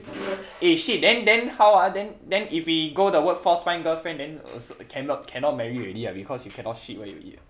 eh shit then then how ah then then if we go the work force find girlfriend then also cannot cannot marry already ah because you cannot shit where you eat [what]